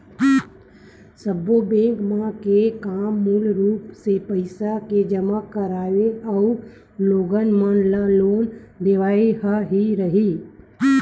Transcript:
सब्बो बेंक मन के काम मूल रुप ले पइसा के जमा करवई अउ लोगन मन ल लोन देवई ह ही रहिथे